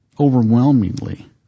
overwhelmingly